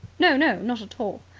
no, no, not at all.